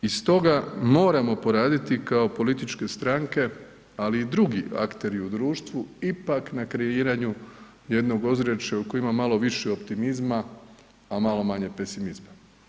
I stoga moramo poraditi kao političke stranke, ali i drugi akteri u društvu ipak na kreiranju jednog ozračja u kojem ima malo više optimizma, a malo manje pesimizma.